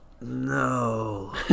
No